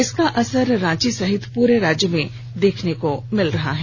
इसका असर रांची सहित पूरे राज्य में देखने को मिल रहा है